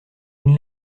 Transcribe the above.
une